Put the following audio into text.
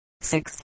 six